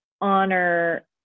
honor